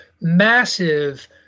massive